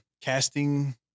casting